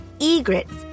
egrets